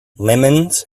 lemons